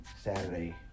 Saturday